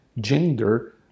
gender